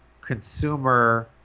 consumer